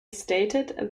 stated